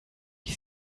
ich